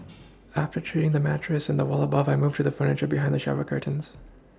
after treating the mattress and the Wall above I moved to the furniture behind the shower curtains